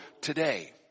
today